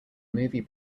movie